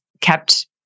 kept